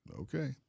Okay